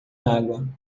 água